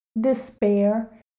despair